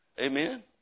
Amen